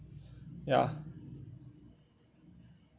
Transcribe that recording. ya